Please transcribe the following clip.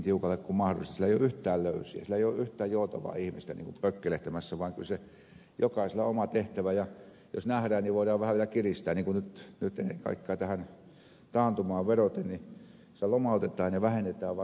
siellä ei ole yhtään joutavaa ihmistä pökkelehtimässä vaan kyllä jokaisella on oma tehtävänsä ja jos nähdään niin voidaan vähän vielä kiristää niin kun nyt ennen kaikkea tähän taantumaan vedoten siellä lomautetaan ja vähennetään vaikka ei olisi tarvekaan